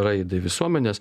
raidai visuomenės